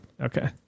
Okay